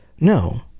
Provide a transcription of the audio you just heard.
no